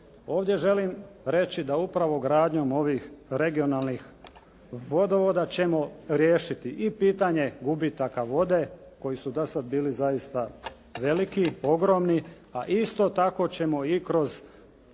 Ovdje želim reći da upravo gradnjom ovih regionalnih vodovoda ćemo riješiti i pitanje gubitaka vode koji su do sad bili zaista veliki, ogromni a isto tako ćemo i kroz